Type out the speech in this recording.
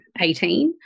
18